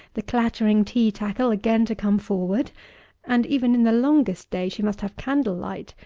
the clattering tea-tackle again to come forward and even in the longest day she must have candle light,